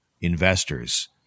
investors